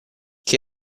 che